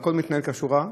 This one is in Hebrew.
והכול מתנהל כשורה,